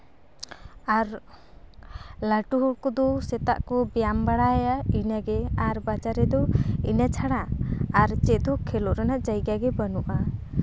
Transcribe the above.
ᱟᱨ ᱞᱟᱹᱴᱩ ᱦᱚᱲ ᱠᱚᱫᱚ ᱥᱮᱛᱟᱜ ᱠᱚ ᱵᱮᱭᱟᱢ ᱵᱟᱲᱟᱭᱟ ᱤᱱᱟᱹᱜᱮ ᱟᱨ ᱵᱟᱡᱟᱨ ᱨᱮᱫᱚ ᱤᱱᱟᱹ ᱪᱷᱟᱲᱟ ᱟᱨ ᱪᱮᱫᱦᱚᱸ ᱠᱷᱮᱞᱚᱜ ᱨᱮᱱᱟᱜ ᱡᱟᱭᱜᱟ ᱜᱮ ᱵᱟᱹᱱᱩᱜᱼᱟ